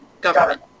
government